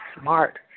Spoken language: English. smart